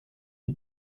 die